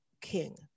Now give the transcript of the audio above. king